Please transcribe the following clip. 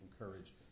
encourage